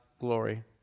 glory